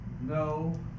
No